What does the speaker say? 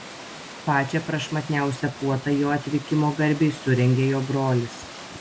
pačią prašmatniausią puotą jo atvykimo garbei surengė jo brolis